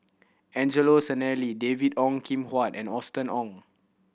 Angelo Sanelli David Ong Kim Huat and Austen Ong